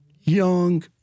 young